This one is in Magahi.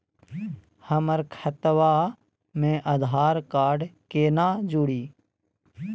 हमर खतवा मे आधार कार्ड केना जुड़ी?